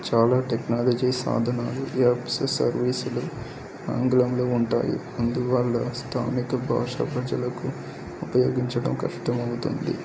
చాలా టెక్నాలజీ సాధనాలు యాప్స్ సర్వీసులు ఆంగ్లంలో ఉంటాయి అందువల్ల స్థానిక భాష ప్రజలకు ఉపయోగించడం కష్టమవుతుంది